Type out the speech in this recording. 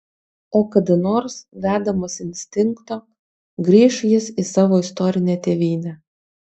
o kada nors vedamas instinkto grįš jis į savo istorinę tėvynę